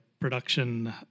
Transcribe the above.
Production